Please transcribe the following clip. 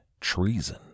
treason